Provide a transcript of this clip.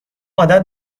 عادت